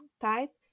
type